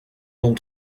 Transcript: dont